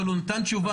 אבל הוא נתן תשובה,